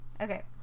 Okay